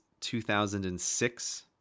2006